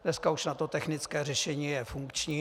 Dneska už na to technické řešení je funkční.